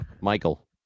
Michael